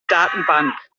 datenbank